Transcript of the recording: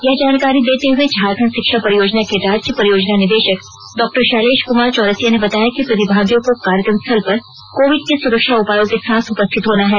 यह जानकारी देते हुए झारखंड शिक्षा परियोजना के राज्य परियोजना निदेशक डॉ शैलेश कुमार चौरसिया ने बताया कि प्रतिभागियों को कार्यकम स्थल पर कोविड के सुरक्षा उपायों के साथ उपस्थित होना है